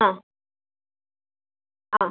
ആ ആ